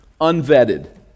unvetted